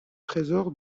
trésor